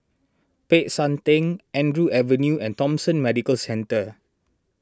Peck San theng Andrew Avenue and Thomson Medical Centre